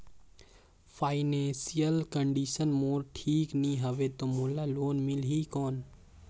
Financial condition मोर ठीक नी हवे तो मोला लोन मिल ही कौन??